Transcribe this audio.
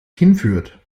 hinführt